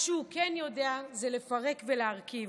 מה שהוא כן יודע הוא לפרק ולהרכיב.